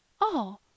Oh